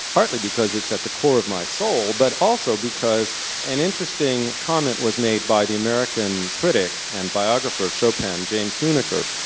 partly because it's at the core of my soul, but also because an interesting comment was made by the american critic and biographer of chopin, james huneker,